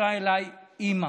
התקשרה אלי אימא,